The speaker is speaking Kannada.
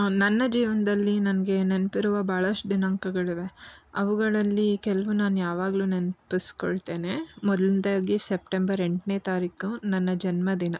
ನನ್ನ ಜೀವನದಲ್ಲಿ ನನಗೆ ನೆನಪಿರುವ ಭಾಳಷ್ಟು ದಿನಾಂಕಗಳಿವೆ ಅವುಗಳಲ್ಲಿ ಕೆಲವು ನಾನು ಯಾವಾಗಲೂ ನೆನ್ಪಿಸ್ಕೊಳ್ತೇನೆ ಮೊದಲ್ನೇದಾಗಿ ಸೆಪ್ಟೆಂಬರ್ ಎಂಟನೇ ತಾರೀಖು ನನ್ನ ಜನ್ಮದಿನ